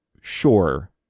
Sure